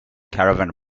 caravan